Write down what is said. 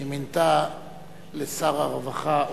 שהיא מינתה לשר הרווחה אותך,